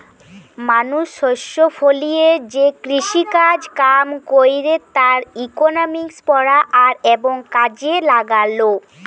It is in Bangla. মানুষ শস্য ফলিয়ে যে কৃষিকাজ কাম কইরে তার ইকোনমিক্স পড়া আর এবং কাজে লাগালো